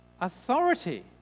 authority